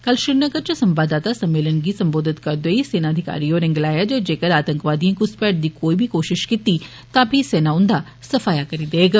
कल श्रीनगर च संवाददाता सम्मेलन गी सम्बोधित करदे होई सेना अधिकारी होरें गलाया जेकर आतंकवादिंए घुसपैठ दी कोई कोषिष कीती तां पिह् सेना उन्दा सफाया करी देग